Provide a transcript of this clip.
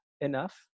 enough